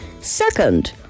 second